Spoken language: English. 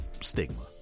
stigma